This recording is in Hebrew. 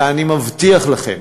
ואני מבטיח לכם,